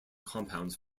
compounds